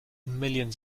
millions